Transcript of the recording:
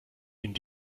ihnen